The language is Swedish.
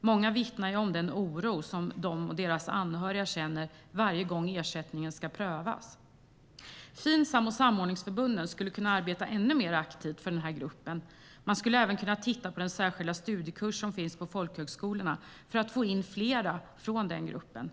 Många vittnar om den oro som de och deras anhöriga känner varje gång ersättningen ska prövas. Finsam och samordningsförbunden skulle kunna arbeta ännu mer aktivt för gruppen. Man skulle även kunna titta på den särskilda studiekurs som finns på folkhögskolorna för att få in fler från den gruppen.